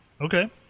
Okay